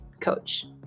coach